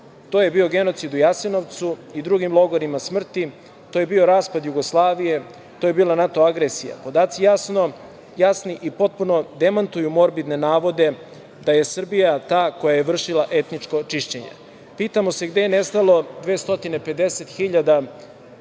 to je bio genocid u Jasenovcu i drugim logorima smrti, to je bio raspad Jugoslavije, to je bila NATO agresija. Podaci su jasni i potpunu demantuju morbidne navode da je Srbija ta koja je vršila etničko čišćenje. Pitamo se gde je nestalo 250.000